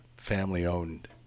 family-owned